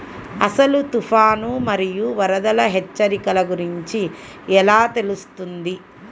అసలు తుఫాను మరియు వరదల హెచ్చరికల గురించి ఎలా తెలుస్తుంది?